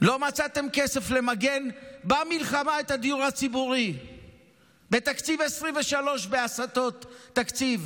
לא מצאתם כסף למגן במלחמה את הדיור הציבורי בתקציב 2023 בהסטות תקציב.